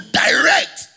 direct